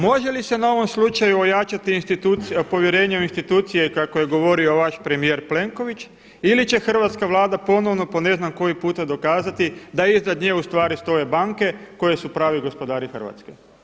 Može li se na ovom slučaju ojačati povjerenje u institucije kako je govorio vaš premijer Plenković ili će hrvatska Vlada ponovno po ne znam koji puta dokazati da iznad nje ustvari stoje banke koji su pravi gospodari Hrvatske?